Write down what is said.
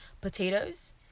potatoes